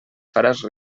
faràs